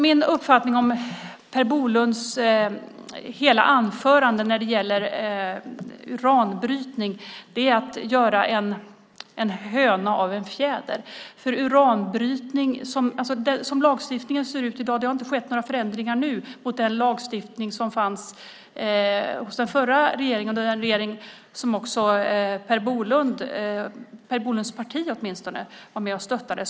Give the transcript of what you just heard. Min uppfattning om Per Bolunds hela anförande när det gäller uranbrytning är att det är att göra en höna av en fjäder, för det har inte skett några förändringar i lagstiftningen nu mot den lagstiftning som infördes av den förra regeringen, den regering som också Per Bolund, eller Per Bolunds parti åtminstone, var med och stöttade.